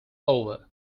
over